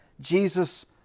Jesus